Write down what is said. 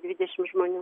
dvidešim žmonių